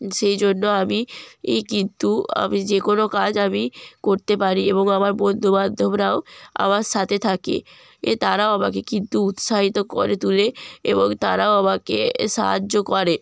সেই জন্য আমি এই কিন্তু আমি যে কোনো কাজ আমি করতে পারি এবং আমার বন্ধুবান্ধবরাও আমার সাথে থাকে এ তারাও আমাকে কিন্তু উৎসাহিত করে তোলে এবং তারাও আমাকে সাহায্য করে